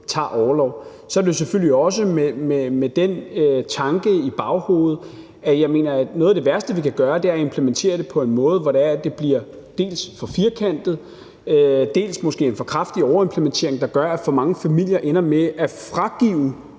tager orlov, så er det jo selvfølgelig også med den tanke i baghovedet, at noget af det værste, som jeg mener vi kan gøre, er at implementere det på en måde, hvor det dels bliver for firkantet, dels måske bliver en for kraftig overimplementering, der gør, at for mange familier ender med at frasige